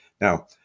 Now